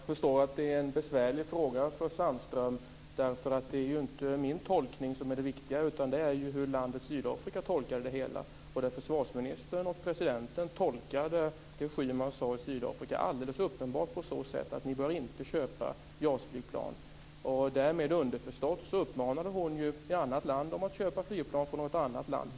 Fru talman! Jag förstår att det är en besvärlig fråga för Sandström. Det är ju inte min tolkning som är det viktiga. Det viktiga är hur landet Sydafrika tolkade det hela. Försvarsministern och presidenten tolkade alldeles uppenbart det Schyman sade i Sydafrika som att de inte borde köpa JAS-flygplan. Därmed uppmanade hon underförstått till att köpa flygplan från något annat land.